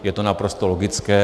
Je to naprosto logické.